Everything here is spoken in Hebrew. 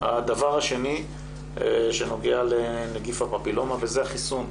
הדבר השני שנוגע לנגיף הפפילומה וזה החיסון.